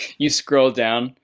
you scroll down.